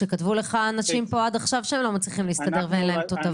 כשכתבו לך אנשים עד עכשיו שהם לא מצליחים להסתדר ואין להם תותבות.